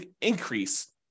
increase